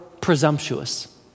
presumptuous